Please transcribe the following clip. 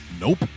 nope